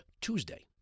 Tuesday